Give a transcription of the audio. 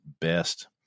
best